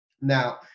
Now